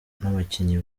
n’abakinnyi